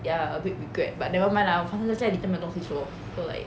ya a bit regret but never mind lah 反正在家里都没有东西做 so like